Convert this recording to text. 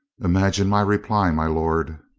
imagine my reply, my lord.